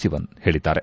ಸಿವನ್ ಹೇಳಿದ್ದಾರೆ